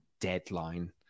Deadline